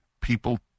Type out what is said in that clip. people